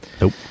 nope